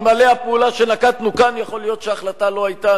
אלמלא הפעולה שנקטנו כאן יכול להיות שהחלטה לא היתה,